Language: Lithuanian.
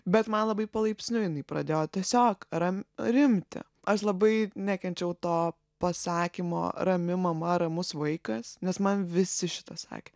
bet man labai palaipsniui jinai pradėjo tiesiog ram rimti aš labai nekenčiau to pasakymo rami mama ramus vaikas nes man visi šitą sakė